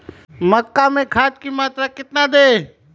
मक्का में खाद की मात्रा कितना दे?